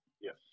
yes